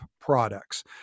products